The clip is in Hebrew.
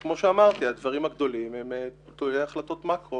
כמו שאמרתי, הדברים הגדולים הם טעוני החלטות מקרו,